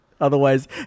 Otherwise